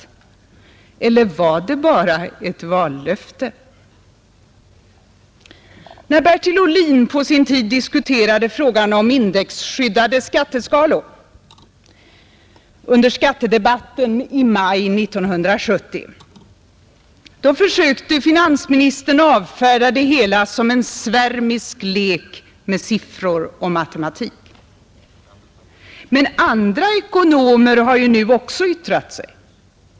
Eller var det bara ett vallöfte? När Bertil Ohlin diskuterade frågan om indexskyddade skatteskalor under skattedebatten i maj 1970 försökte finansministern avfärda det hela som en svärmisk lek med siffror och matematik. Men andra ekonomer har nu också yttrat sig.